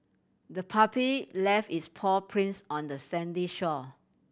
the puppy left its paw prints on the sandy shore